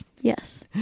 Yes